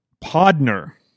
Podner